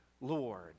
Lord